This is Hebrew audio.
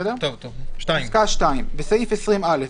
אני עובר לפסקה (2): (2)בסעיף 20(א),